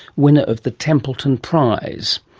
winner of the templeton prize,